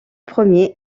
premiers